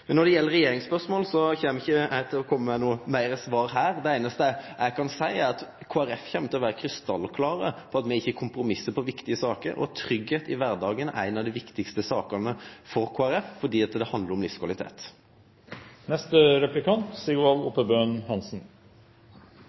Men me er utolmodige. Her viser ein ganske samla opposisjon at ein ønskjer tydelegare prioriteringar og endå meir satsing på f.eks. politiet. Når det gjeld regjeringsspørsmålet, kjem eg ikkje med noko svar her. Det einaste eg kan seie, er at Kristeleg Folkeparti kjem til å vere krystallklar på at me ikkje vil kompromisse på viktige saker, og tryggleik i kvardagen er ei av dei viktigaste sakene for Kristeleg Folkeparti, fordi det